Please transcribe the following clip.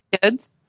Kids